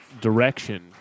direction